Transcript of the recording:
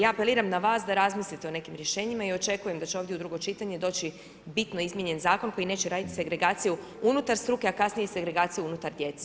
Ja apeliram na vas, da razmislite o nekim rješenjima i očekujem da će ovdje u drugo čitanje doći bitno izmijenjen zakon, koji neće raditi agregaciju unutar struke, a kasnije se agregaciju unutar djece.